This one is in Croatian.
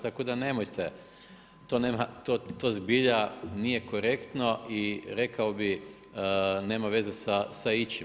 Tako da nemojte to zbilja nije korektno i rekao bih nema veze sa ičim.